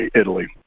Italy